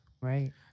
Right